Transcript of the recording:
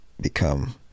become